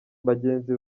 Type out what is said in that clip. bagenzi